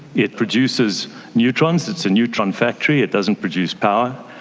it produces neutrons, it's a neutron factory, it doesn't produce power.